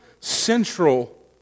central